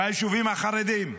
ביישובים החרדיים,